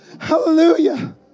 Hallelujah